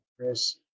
Chris